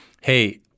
hey